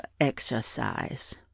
exercise